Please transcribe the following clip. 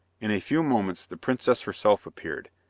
in a few moments the princess herself appeared,